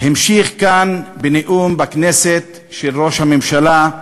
המשיך כאן, בנאום בכנסת של ראש הממשלה,